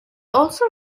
also